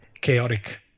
chaotic